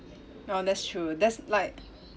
oh that's true that's like